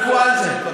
אנחנו על זה.